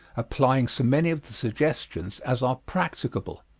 applying so many of the suggestions as are practicable.